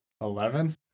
Eleven